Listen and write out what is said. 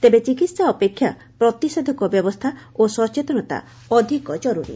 ତେବେ ଚିକିହା ଅପେକ୍ଷା ପ୍ରତିଷେଧକ ବ୍ୟବସ୍କା ଓ ସଚେତନତା ଅଧିକ ଜରୁରୀ